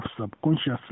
subconsciously